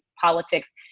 politics